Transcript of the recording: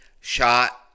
shot